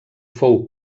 fou